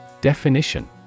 Definition